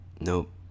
Nope